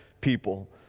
people